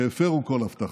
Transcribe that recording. שהפרו כל הבטחה.